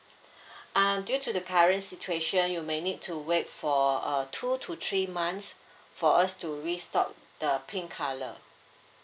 uh due to the current situation you may need to wait for uh two to three months for us to restock the pink colour